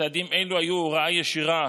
צעדים אלה היו הוראה ישירה